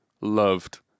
loved